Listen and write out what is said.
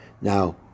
now